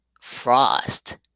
frost